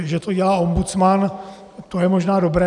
Že to dělá ombudsman, to je možná dobré.